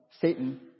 Satan